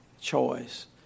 choice